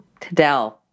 Tadell